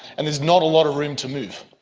and there's not a lot of room to move.